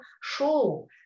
show